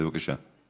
שלי, בבקשה.